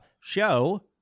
show